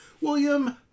William